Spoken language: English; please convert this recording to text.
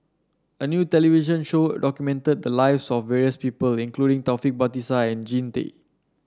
a new television show documented the lives of various people including Taufik Batisah and Jean Tay